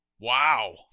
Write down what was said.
Wow